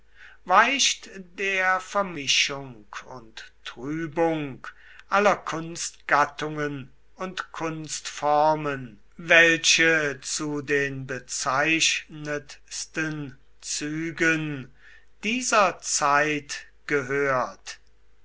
weicht der vermischung und trübung aller kunstgattungen und kunstformen welche zu den bezeichnendsten zügen dieser zeit gehört